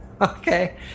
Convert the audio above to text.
Okay